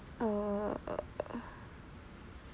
uh